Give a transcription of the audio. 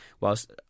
whilst